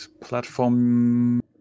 Platform